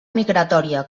migratòria